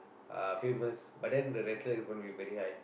uh famous but then the rental is gonna be very high